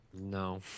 no